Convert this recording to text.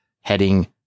heading